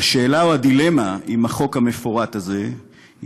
והשאלה או הדילמה עם החוק המפורט הזה היא